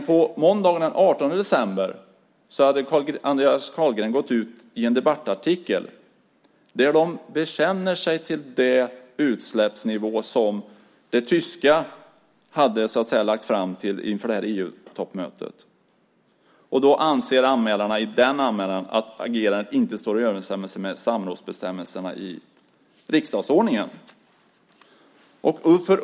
På måndagen den 18 december gick Andreas Carlgren ut i en debattartikel och bekände sig till den utsläppsnivå som Tyskland hade lagt fram inför det här EU-toppmötet. Då anser anmälarna att det agerandet inte står i överensstämmelse med samrådsbestämmelserna i riksdagsordning.